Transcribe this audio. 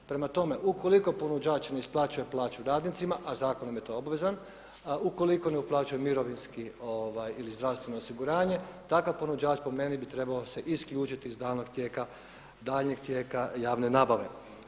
Prema tome, ukoliko ponuđač ne isplaćuje plaću radnicima, a zakonom je to obvezan, ukoliko ne uplaćuje mirovinsko ili zdravstveno osiguranje takav ponuđač po meni bi trebao se isključiti iz daljnjeg tijeka javne nabave.